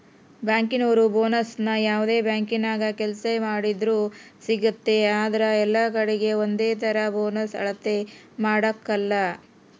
ಬ್ಯಾಂಕಿನೋರು ಬೋನಸ್ನ ಯಾವ್ದೇ ಬ್ಯಾಂಕಿನಾಗ ಕೆಲ್ಸ ಮಾಡ್ತಿದ್ರೂ ಸಿಗ್ತತೆ ಆದ್ರ ಎಲ್ಲಕಡೀಗೆ ಒಂದೇತರ ಬೋನಸ್ ಅಳತೆ ಮಾಡಕಲ